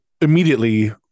immediately